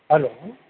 hello